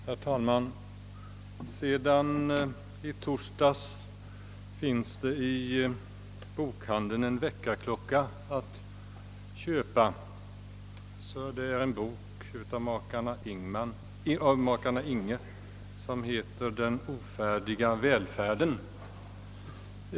Herr talman! Sedan i torsdags finns det i bokhandeln en väckarklocka att köpa. Det är en bok av makarna Inghe som heter Den ofärdiga välfärden.